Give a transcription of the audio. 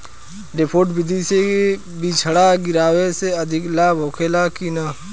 डेपोक विधि से बिचड़ा गिरावे से अधिक लाभ होखे की न?